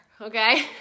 Okay